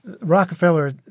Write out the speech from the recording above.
Rockefeller